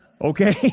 Okay